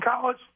college